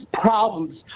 problems